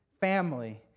family